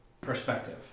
perspective